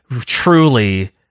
truly